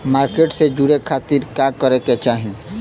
Market से जुड़े खाती का करे के चाही?